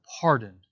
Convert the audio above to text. pardoned